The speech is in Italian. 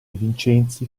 vincenzi